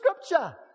scripture